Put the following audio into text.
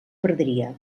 perdria